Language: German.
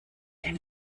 ein